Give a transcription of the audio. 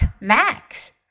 Max